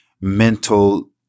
mental